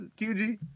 QG